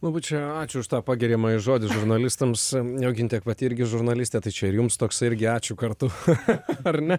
labai čia ačiū už tą pagiriamąjį žodį žurnalistams jogintė pati irgi žurnalistė tai čia ir jums toks irgi ačiū kartu cha cha ar ne